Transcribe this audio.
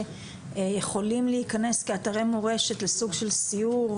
שיכולים להיכנס כאתרי מורשת לסוג של סיור,